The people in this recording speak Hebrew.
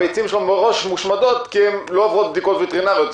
הביצים שלו מראש מושמדות כי הן לא עוברות בדיקות וטרינריות.